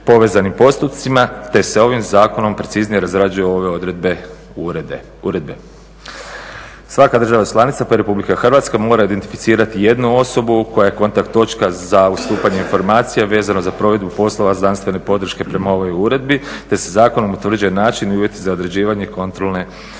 te se ovim zakonom preciznije razrađuju ove odredbe uredbe. Svaka država članica pa i RH mora identificirati jednu osobu koja je kontakt točka za ustupanje informacija vezano za provedbu poslova znanstvene podrške prema ovoj uredbi te se zakonom utvrđuje način i uvjeti za određivanje kontrolne i